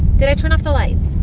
did i turn off the lights?